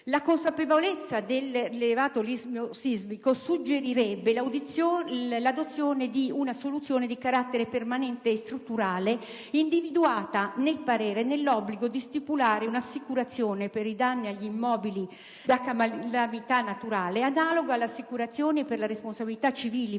La consapevolezza dell'elevato rischio sismico suggerirebbe l'adozione di una soluzione di carattere permanente e strutturale, individuata nell'obbligo di stipulare un'assicurazione per i danni agli immobili derivanti da calamità naturale, analoga alle assicurazioni per le responsabilità civili